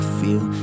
feel